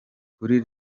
kuri